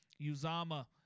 Uzama